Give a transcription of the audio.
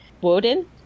Woden